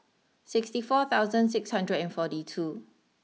sixty four thousand six hundred and forty two